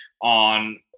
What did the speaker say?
on